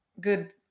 good